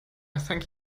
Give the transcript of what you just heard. thank